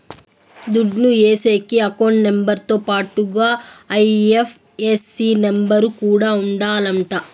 దుడ్లు ఏసేకి account number తో పాటుగా ఐ.ఎఫ్.ఎస్.సి నెంబర్ కూడా ఉండాలంట